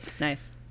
Nice